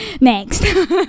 Next